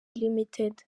ltd